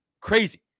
crazy